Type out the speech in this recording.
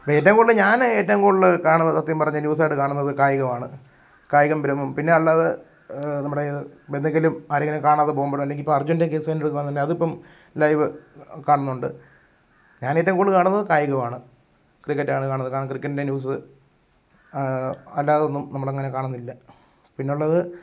ഇപ്പം ഏറ്റവും കൂടുതൽ ഞാൻ ഏറ്റവും കൂടുതൽ കാണുന്നത് സത്യം പറഞ്ഞാൽ ന്യൂസായിട്ട് കാണുന്നത് കായികമാണ് കായികം ഭ്രമം പിന്നെ അല്ലാതെ നമ്മുടെ ഇത് ആരെയെങ്കിലും കാണാതെ പോകുമ്പോഴോ അല്ലെങ്കിൽ ഇപ്പം അര്ജുന്റെ കേസ് തന്നെ എടുക്കുകയാണെന്നുണ്ടേൽ അതിപ്പം ലൈവ് കാണുന്നുണ്ട് ഞാനേറ്റവും കൂടുതൽ കാണുന്നത് കായികമാണ് ക്രിക്കറ്റാണ് കാണുന്നത് കാരണം ക്രിക്കറ്റിന്റെ ന്യൂസ് അല്ലാതൊന്നും നമ്മളങ്ങനെ കാണുന്നില്ല പിന്നെയുള്ളത്